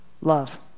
love